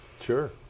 Sure